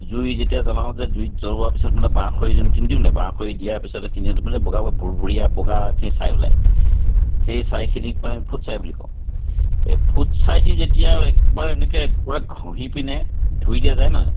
জুই যেতিয়া জ্বলাওঁ যে জুইত জ্বলোৱা পিছত মানে বাঁহ খৰি যোনখিনি দিওঁ নে বাঁহখৰি দিয়াৰ পিছতে এখিনি মানে বগা বগা ভুৰভুৰীয়া বগা এখিনি ছাই ওলায় সেই ছাইখিনিক আমি ফুট ছাই বুলি কওঁ ফুট ছাই দি যেতিয়া একবাৰ এনেকৈ পূৰা ঘঁহি পিনে ধুই দিয়া যায় ন